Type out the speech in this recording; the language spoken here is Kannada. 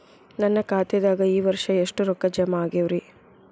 ನನ್ನ ಖಾತೆದಾಗ ಈ ವರ್ಷ ಎಷ್ಟು ರೊಕ್ಕ ಜಮಾ ಆಗ್ಯಾವರಿ?